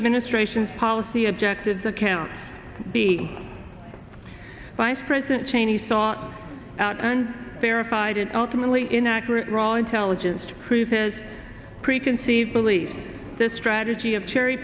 administration's policy objectives account be vice president cheney sought out and verified and ultimately inaccurate role intelligence to prove his preconceived beliefs this strategy of cherry